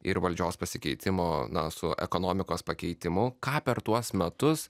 ir valdžios pasikeitimo na su ekonomikos pakeitimu ką per tuos metus